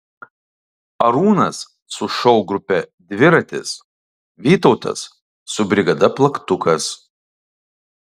arūnas su šou grupe dviratis vytautas su brigada plaktukas